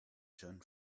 john